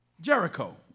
Jericho